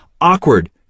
awkward